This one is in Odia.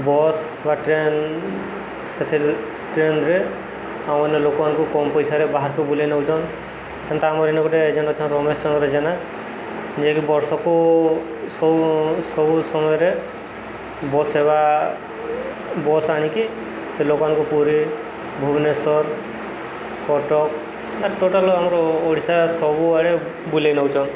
ବସ୍ ବା ଟ୍ରେନ୍ ସେଥିରେ ଟ୍ରେନ୍ରେ ଆମ ଅନ୍ୟ ଲୋକମାନଙ୍କୁ କମ ପଇସାରେ ବାହାରକୁ ବୁଲେଇ ନେଉଛନ୍ ସେନ୍ତା ଆମର ଏଇନ ଗୋଟେ ଏଜେଣ୍ଟ ଅଛନ୍ ରମେଶଚନ୍ଦର ଜେନା ଯିଏକି ବର୍ଷକୁ ସବୁ ସବୁ ସମୟରେ ବସ୍ ସେବା ବସ୍ ଆଣିକି ସେ ଲୋକମାନଙ୍କୁ ପୁରୀ ଭୁବନେଶ୍ୱର କଟକ ଆ ଟୋଟାଲ ଆମର ଓଡ଼ିଶା ସବୁଆଡ଼େ ବୁଲେଇ ନେଉଛନ୍